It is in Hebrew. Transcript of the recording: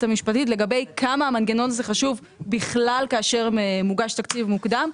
המשפטית לגבי כמה המנגנון הזה חשוב בכלל כאשר מוגש תקציב מוקדם,